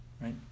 Right